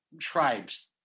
tribes